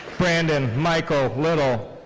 brandon michael little.